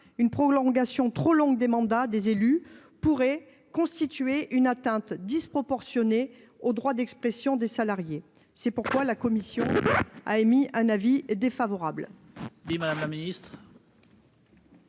une prorogation trop longue des mandats des élus pourrait constituer une atteinte disproportionnée au droit d'expression des salariés. C'est pourquoi la commission a émis un avis défavorable